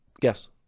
Guess